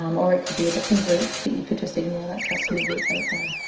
um or it could be a different group, but you could just ignore that customer group right there.